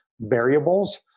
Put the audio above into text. variables